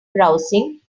browsing